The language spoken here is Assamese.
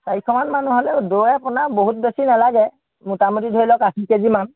চাৰিশমান মানুহ হ'লে দৈ আপোনাৰ বহুত বেছি নেলাগে মুটামুটি ধৰি লওক আশী কে জিমান